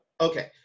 Okay